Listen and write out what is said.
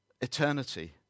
eternity